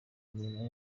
imirimo